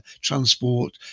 transport